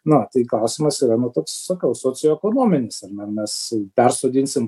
na tai klausimas yra nu toks sakau socioekonominis ar ne mes persodinsim